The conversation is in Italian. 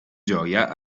gioia